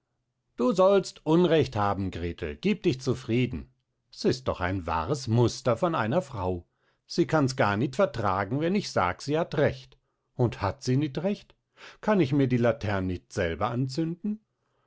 du sollst unrecht haben gretl gieb dich zufrieden s ist doch ein wahres muster von einer frau sie kanns gar nit vertragen wenn ich sag sie hat recht und hat sie nit recht kann ich mir die latern nit selber anzünden